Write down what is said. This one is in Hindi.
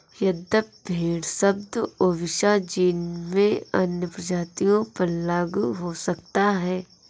यद्यपि भेड़ शब्द ओविसा जीन में अन्य प्रजातियों पर लागू हो सकता है